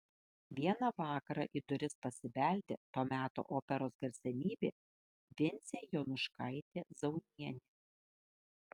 vieną vakarą į duris pasibeldė to meto operos garsenybė vincė jonuškaitė zaunienė